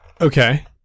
Okay